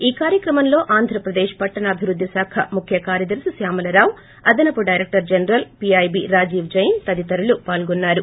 ఈ కార్యక్రమంలో ఆంధ్రప్రదేశ్ పట్లణాభివృద్ది శాఖ ముఖ్య కార్యదర్తి శ్వామలరావు అదసపు director general PIB Rajeev Jain తదితరులు పాల్గొన్నారు